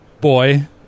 boy